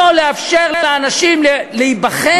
לא לאפשר לאנשים להיבחר,